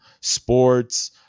sports